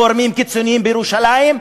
גורמים קיצוניים בירושלים,